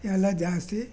ಎಲ್ಲ ಜಾಸ್ತಿ